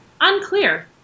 unclear